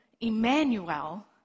Emmanuel